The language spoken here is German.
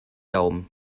daumen